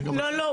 יש גם- -- לא,